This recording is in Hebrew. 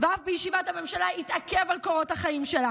ואף בישיבת הממשלה התעכב על קורות החיים שלה